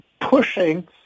pushing